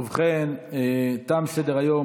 ובכן, תם סדר-היום.